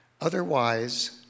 Otherwise